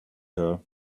her